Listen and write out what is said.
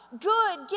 Good